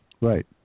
Right